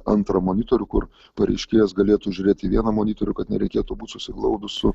antrą monitorių kur pareiškėjas galėtų žiūrėt į vieną monitorių kad nereikėtų būti susiglaudus su